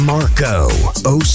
Marco